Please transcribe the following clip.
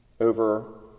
over